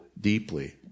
deeply